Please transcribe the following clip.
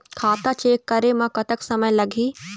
खाता चेक करे म कतक समय लगही?